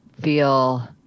feel